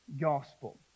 gospel